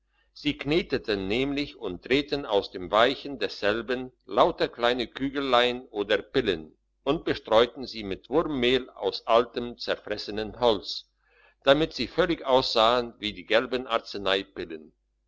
sie kneteten nämlich und drehten aus dem weichen desselben lauter kleine kügelein oder pillen und bestreuten sie mit wurmmehl aus altem zerfressenem holz damit sie völlig aussahen wie die gelben